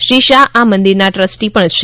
શ્રી શાહ આ મંદિરના ટ્રસ્ટી પણ છે